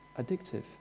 addictive